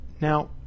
Now